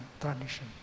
tradition